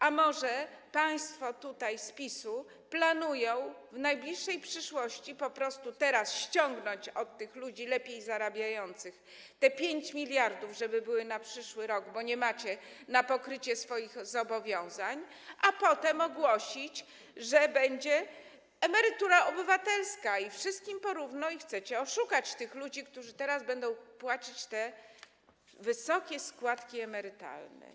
A może państwo z PiS-u planują po prostu ściągnąć teraz od tych ludzi lepiej zarabiających te 5 mld, żeby były na przyszły rok, bo nie macie na pokrycie swoich zobowiązań, a potem ogłosić, że będzie emerytura obywatelska i wszystkim po równo, i chcecie oszukać tych ludzi, którzy teraz będą płacić te wysokie składki emerytalne?